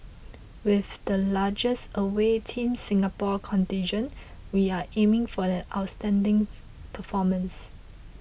with the largest away Team Singapore contingent we are aiming for an outstanding performance